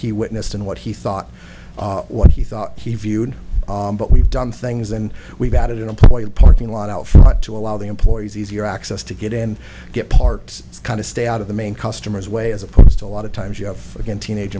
he witnessed and what he thought what he thought he viewed but we've done things and we've added an employee parking lot out front to allow the employees easier access to get in and get parts kind of stay out of the main customers way as opposed to a lot of times you have again teenage